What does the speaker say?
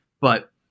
But-